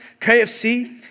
KFC